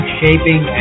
shaping